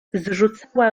zrzucała